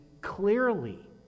clearly